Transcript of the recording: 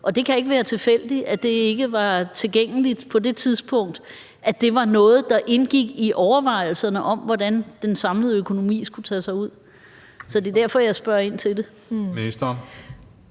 og det kan ikke være tilfældigt, at det ikke var tilgængeligt på det tidspunkt – at det var noget, der indgik i overvejelserne om, hvordan den samlede økonomi skulle tage sig ud. Så det er derfor, jeg spørger ind til det.